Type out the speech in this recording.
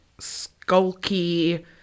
skulky